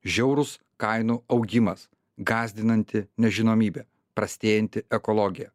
žiaurus kainų augimas gąsdinanti nežinomybė prastėjanti ekologija